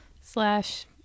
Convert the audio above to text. Slash